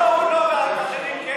למה הוא לא ואחרים כן?